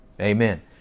Amen